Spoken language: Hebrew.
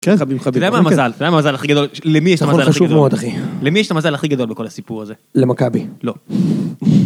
אתה יודע, אתה יודע מה המזל? למי יש את המזל הכי גדול בכל הסיפור הזה? למכבי. לא